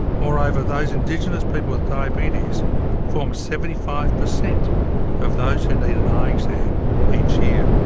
moreover, those indigenous people with diabetes form seventy five percent of those who need an eye exam each year.